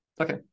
Okay